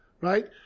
right